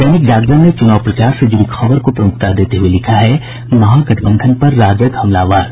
दैनिक जागरण ने चुनाव प्रचार से जुड़ी खबर को प्रमुखता देते हुए लिखा है महागठबंधन पर राजग हमलावर